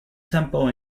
tempo